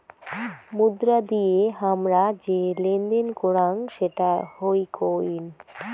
মুদ্রা দিয়ে হামরা যে লেনদেন করাং সেটা হই কোইন